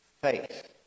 faith